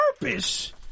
purpose